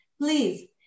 please